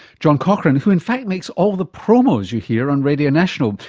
john cochrane, who in fact makes all the promos you hear on radio national,